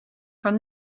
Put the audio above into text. from